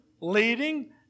leading